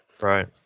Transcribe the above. Right